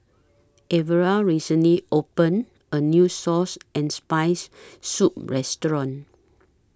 Elvera recently opened A New Source and Spicy Soup Restaurant